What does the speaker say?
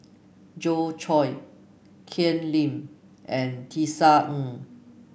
Joi Chua Ken Lim and Tisa Ng